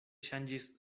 ŝanĝis